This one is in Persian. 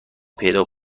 پیدا